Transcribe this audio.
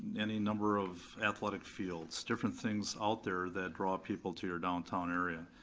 any number of athletic fields, different things out there that draw people to your downtown area.